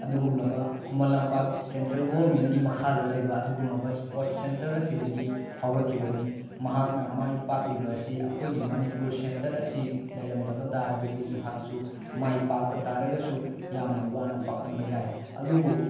ꯑꯗꯨꯒꯨꯝꯂꯕ ꯈꯨꯃꯟ ꯂꯝꯄꯥꯛ ꯁꯦꯟꯇ꯭ꯔꯦꯜ ꯒꯣꯔꯃꯦꯟꯒꯤ ꯃꯈꯥꯗ ꯂꯩꯕ ꯑꯗꯨꯒꯨꯝꯂꯕ ꯁ꯭ꯄꯣꯔꯇ ꯁꯦꯟꯇꯔ ꯑꯁꯤꯗꯒꯤ ꯍꯧꯔꯛꯈꯤꯕꯅꯤ ꯃꯍꯥꯛꯅ ꯃꯥꯏ ꯄꯥꯛꯂꯤꯕ ꯑꯁꯤ ꯑꯩꯈꯣꯏꯒꯤ ꯃꯅꯤꯄꯨꯔ ꯁꯦꯟꯇꯔ ꯑꯁꯤ ꯂꯩꯔꯝꯗꯕ ꯇꯥꯔꯒꯗꯤ ꯃꯍꯥꯛꯁꯨ ꯃꯥꯏ ꯄꯥꯛꯄ ꯇꯥꯔꯒꯁꯨ ꯌꯥꯝꯅ ꯋꯥꯅ ꯄꯥꯛꯂꯝꯕ ꯌꯥꯏ ꯑꯗꯨꯕꯨ